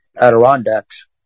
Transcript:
Adirondacks